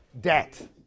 Debt